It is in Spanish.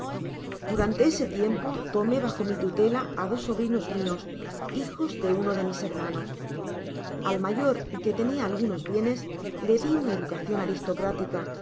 durante ese tiempo tomé bajo mi tutela á dos sobrinos mios hijos de uno de mis hermanos al mayor que tenia algunos bienes le di una educacion aristocrática